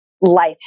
life